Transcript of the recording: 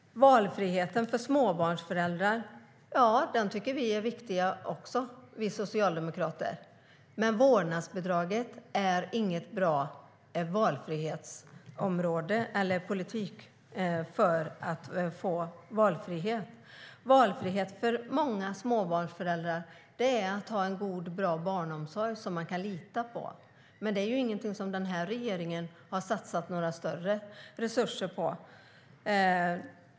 Valfriheten för småbarnsföräldrar - ja, den tycker vi socialdemokrater också är viktig. Men vårdnadsbidraget är inget bra politikområde för att få valfrihet. Valfrihet för många småbarnsföräldrar är att ha en god och bra barnomsorg som man kan lita på, men det är ingenting som den här regeringen har satsat några större resurser på.